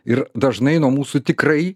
ir dažnai nuo mūsų tikrai